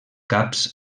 caps